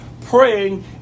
praying